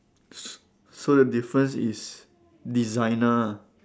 s~ so the difference is designer ah